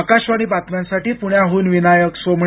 आकाशवाणी बातम्यांसाठी पुण्याहून विनायक सोमणी